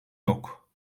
yok